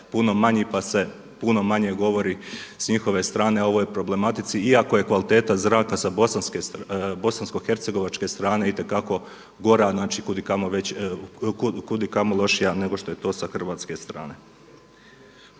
puno manji pa se puno manje govori s njihove strane o ovoj problematici, iako je kvaliteta zraka sa bosanskohercegovačke strane itekako gora, znači kudikamo lošija nego što je to sa hrvatske strane.